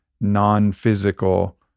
non-physical